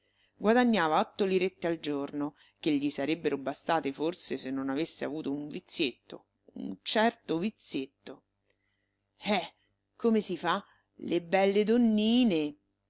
guadagnava otto lirette al giorno che gli sarebbero bastate forse se non avesse avuto un vizietto un certo vizietto eh come si fa le belle donnine